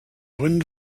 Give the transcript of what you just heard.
wind